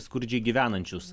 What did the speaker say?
skurdžiai gyvenančius